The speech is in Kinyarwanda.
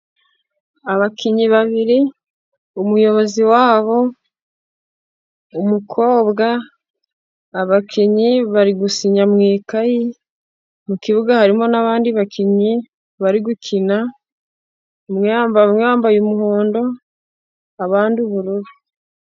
Abakinnyi babiri umuyobozi wabo umukobwa, abakinnyi bari gusinya mu ikayi mu kibuga harimo n'abandi bakinnyi bari gukina, umwe yambaye, umwe yambaye umuhondo abandi ubururu.